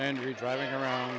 and you're driving around